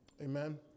amen